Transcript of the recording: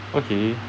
okay